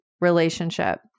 relationship